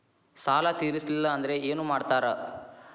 ಸಾಲ ತೇರಿಸಲಿಲ್ಲ ಅಂದ್ರೆ ಏನು ಮಾಡ್ತಾರಾ?